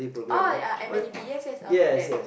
oh yeah M_L_E_P yes yes I was there